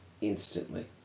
instantly